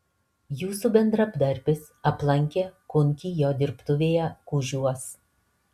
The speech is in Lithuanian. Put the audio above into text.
jūsų bendradarbis aplankė kunkį jo dirbtuvėje kužiuos